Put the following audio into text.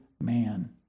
man